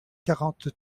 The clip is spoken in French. quarante